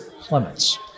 Clements